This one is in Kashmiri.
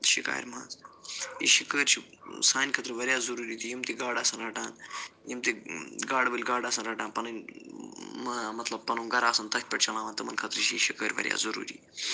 شِکارِ منٛز یہِ شِکٲرۍ چھِ سانہِ خٲطرٕ وارِیاہ ضُروٗری تہٕ یِم تہِ گاڈٕ آسان رَٹان یِم تہِ گاڈٕ وٲلۍ گاڈٕ آسان رَٹان پنٕنۍ ما مطلب پنُن گَرٕ آسن تٔتھۍ پٮ۪ٹھ چَلاوان تٕمن خٲطرٕ چھِ یہِ شِکٲرۍ وارِیاہ ضُروٗری